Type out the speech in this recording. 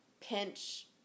pinch